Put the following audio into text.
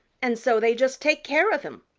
and so they just take care of him.